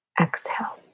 exhale